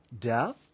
Death